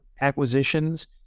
acquisitions